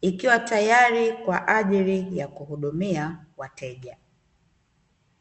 ikiwa tayari kwa ajili ya kuhudumia wateja.